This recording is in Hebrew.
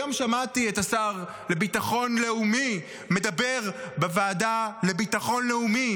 היום שמעתי את השר לביטחון לאומי מדבר בוועדה לביטחון לאומי